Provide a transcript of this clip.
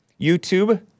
YouTube